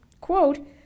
quote